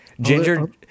Ginger